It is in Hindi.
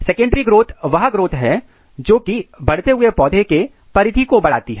सेकेंडरी ग्रोथ वह ग्रोथ है जोकि बढ़ते हुए पौधे के परिधि को बढ़ाती है